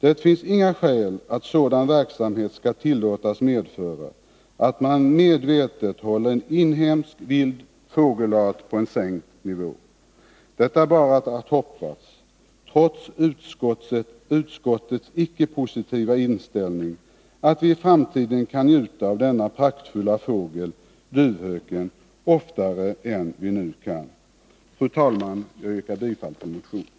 Det finns inga skäl att sådan verksamhet skall tillåtas medföra att man medvetet håller en inhemsk vild fågelart på en sänkt nivå. Det är bara att hoppas. trots utskottets icke positiva inställning, att vi i framtiden kan njuta av denna praktfulla fågel, duvhöken, oftare än vi nu kan. Fru talman! Jag yrkar bifall till motionen.